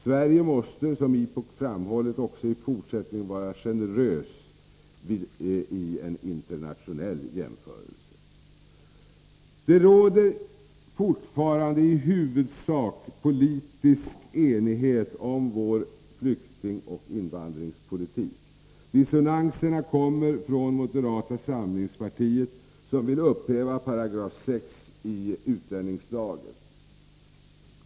Sverige måste — som IPOK framhållit — också i fortsättningen vara generöst i en internationell jämförelse. Det råder fortfarande i huvudsak politisk enighet om vår flyktingoch invandringspolitik. Dissonanserna kommer från moderata samlingspartiet, som vill upphäva 6 § i utlänningslagen.